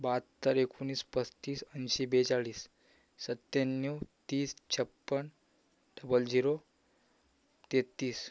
बहात्तर एकोणीस पस्तीस ऐंशी बेचाळीस सत्याण्णव तीस छप्पन्न डबल जिरो तेहत्तीस